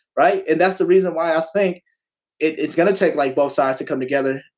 right? and that's the reason why i think it's gonna take like both sides to come together.